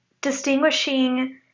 distinguishing